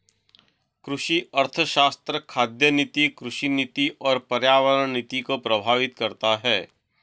कृषि अर्थशास्त्र खाद्य नीति, कृषि नीति और पर्यावरण नीति को प्रभावित करता है